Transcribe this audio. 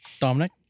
Dominic